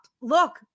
Look